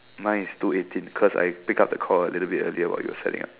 mine is two eighteen cause I pick up the call a little bit earlier while you were setting up